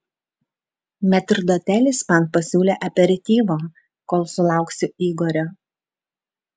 metrdotelis man pasiūlė aperityvo kol sulauksiu igorio